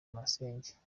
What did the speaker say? masenge